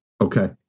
Okay